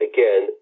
Again